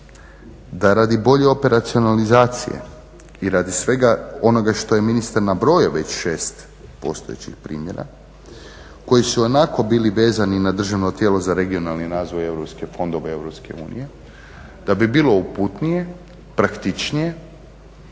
da radi bolje racionalizacije i radi svega onoga što je ministar nabrojao već 6 postojećih primjera koji su onako bili vezani na Državno tijelo za regionalni razvoj, europske fondove EU, da bi bilo uputnije, praktičnije,